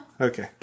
Okay